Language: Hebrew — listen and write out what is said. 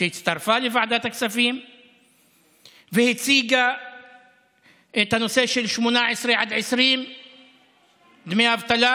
והצטרפה לוועדת הכספים והציגה את הנושא של בני 18 עד 20 ודמי אבטלה,